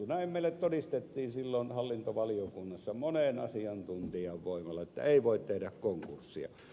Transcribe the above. näin meille todistettiin silloin hallintovaliokunnassa monen asiantuntijan voimalla että ei voi tehdä konkurssia